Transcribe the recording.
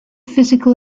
physical